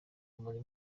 buri